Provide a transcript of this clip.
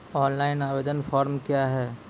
Online आवेदन form क्या हैं?